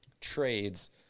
trades